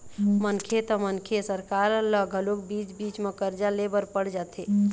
मनखे त मनखे सरकार ल घलोक बीच बीच म करजा ले बर पड़ जाथे